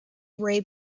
ray